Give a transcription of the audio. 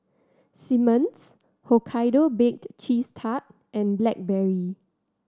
Simmons Hokkaido Baked Cheese Tart and Blackberry